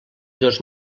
dos